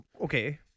Okay